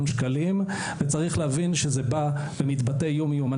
שקלים וצריך להבין שזה בא ומתבטא יום-יום.